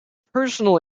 personal